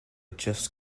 just